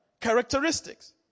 characteristics